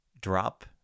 drop